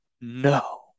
no